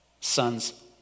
sons